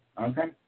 okay